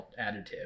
additive